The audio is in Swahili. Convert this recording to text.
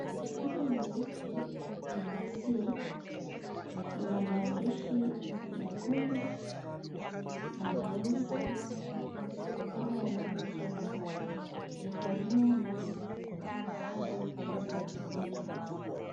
Chupa nyeupe yenye seal ina maandishi mekundu na meusi kama inavyosomwa, Zephania Life Herbal Clinic Detox.